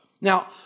Now